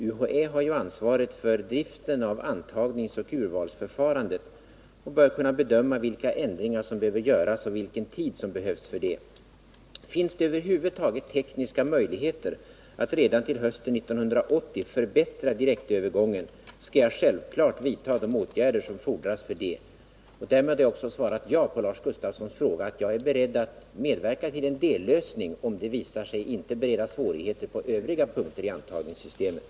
UHÄ har ju ansvaret för driften av antagningsoch urvalsförfarandet och bör kunna bedöma vilka ändringar som behöver göras och vilken tid som behövs för detta. Finns det över huvud tekniska möjligheter att redan till hösten 1980 förbättra direktövergången, skall jag självklart vidta de åtgärder som fordras härför. Därmed har jag också svarat ja på Lars Gustafssons fråga om jag är beredd att medverka till en dellösning, om det visar sig inte bereda svårigheter på övriga punkter i antagningssystemet.